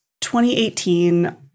2018